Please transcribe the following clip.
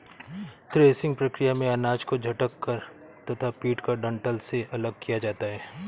threshing प्रक्रिया में अनाज को झटक कर तथा पीटकर डंठल से अलग किया जाता है